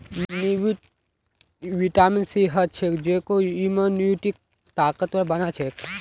नींबूत vitamin C ह छेक जेको इम्यूनिटीक ताकतवर बना छेक